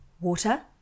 water